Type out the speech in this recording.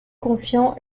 confiant